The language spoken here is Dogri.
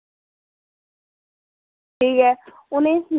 ठीक ऐ उ'नें ई सना